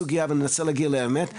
נעמיק בסוגיה וננסה להגיע לאמת.